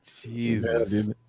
jesus